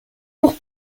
pour